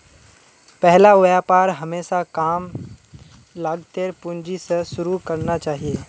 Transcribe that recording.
पहला व्यापार हमेशा कम लागतेर पूंजी स शुरू करना चाहिए